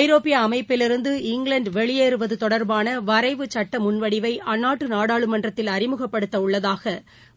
ஐரோப்பிய அமைப்பிலிருந்து இங்கிலாந்து வெளியேறுவது தொடர்பான வரைவு சட்ட முன்வடிவை அந்நாட்டு நாடாளுமன்றத்தில் அறிமுகப்படுத்த உள்ளதாக